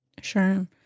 Sure